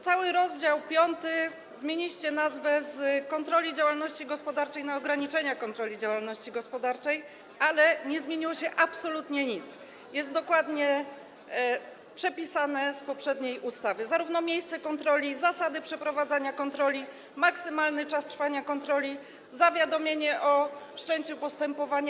Cały rozdział 5 - zmieniliście nazwę z „Kontroli działalności gospodarczej” na „Ograniczenia kontroli działalności gospodarczej”, ale nie zmieniło się absolutnie nic - jest dokładnie przepisany z poprzedniej ustawy, zarówno jeśli chodzi o miejsce kontroli, zasady przeprowadzania kontroli, maksymalny czas trwania kontroli, jak i zawiadomienie o wszczęciu postępowania.